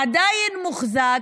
והוא עדיין מוחזק,